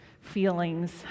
feelings